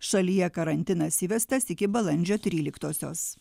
šalyje karantinas įvestas iki balandžio tryliktosios